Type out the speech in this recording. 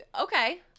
Okay